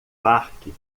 parque